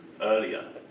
earlier